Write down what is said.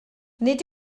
nid